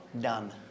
done